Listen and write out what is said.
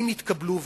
אם יתקבלו,